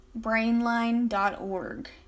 brainline.org